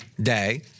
day